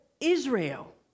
Israel